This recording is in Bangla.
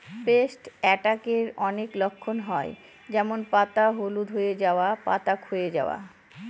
পেস্ট অ্যাটাকের অনেক লক্ষণ হয় যেমন পাতা হলুদ হয়ে যাওয়া, পাতা ক্ষয়ে যাওয়া